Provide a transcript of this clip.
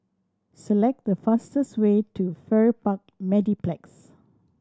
select the fastest way to Farrer Park Mediplex